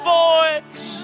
voice